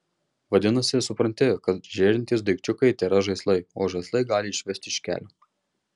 vadinasi supranti kad žėrintys daikčiukai tėra žaislai o žaislai gali išvesti iš kelio